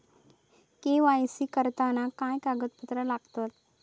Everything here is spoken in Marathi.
के.वाय.सी करताना काय कागदपत्रा लागतत?